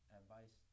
advice